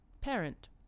parent